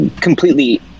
completely